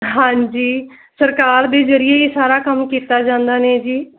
ਹਾਂਜੀ ਸਰਕਾਰ ਦੇ ਜ਼ਰੀਏ ਸਾਰਾ ਕੰਮ ਕੀਤਾ ਜਾਂਦਾ ਨੇ ਜੀ